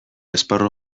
esparru